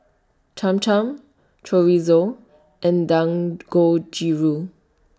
Cham Cham Chorizo and Dangojiru